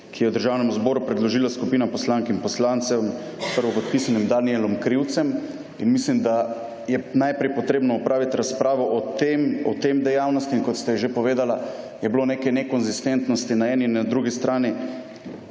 ki ga je Državnemu zboru predložila skupina poslank in poslancev s prvopodpisanim Danijelom Krivcem. In mislim, da je najprej treba opraviti razpravo o tem. O tej dejavnosti, kot ste že povedali, je bilo nekaj nekonsistentnosti na eni in na drugi strani,